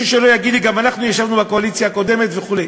ושלא יגיד לי מישהו שגם אנחנו ישבנו בקואליציה הקודמת וכו'.